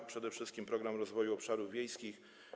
To przede wszystkim Program Rozwoju Obszarów Wiejskich.